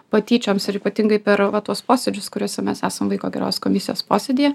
patyčioms ir ypatingai per tuos posėdžius kuriuose mes esam vaiko gerovės komisijos posėdyje